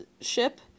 ship